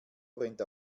brennt